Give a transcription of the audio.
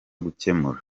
gukemura